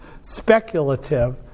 speculative